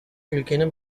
ülkenin